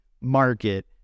market